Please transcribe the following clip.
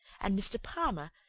and mr. palmer,